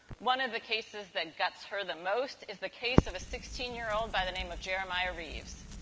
one of the cases that gets her the most is the case of a sixteen year old by the name of jeremiah reeves.